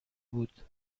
بود